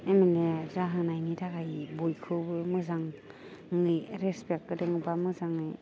M L A जाहोनायनि थाखाय बयखौबो मोजाङै रिसपेक्ट होदों बा मोजाङै